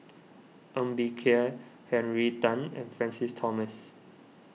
Ng Bee Kia Henry Tan and Francis Thomas